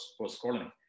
post-colonial